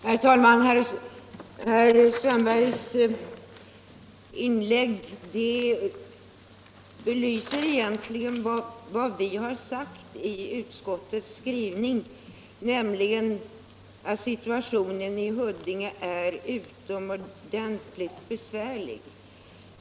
Herr talman! Herr Strömbergs i Botkyrka inlägg belyser egentligen vad vi har sagt i utskottets skrivning, nämligen att situationen i Huddinge är utomordentligt besvärlig.